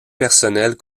personnelles